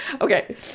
Okay